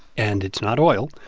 and it's not oil.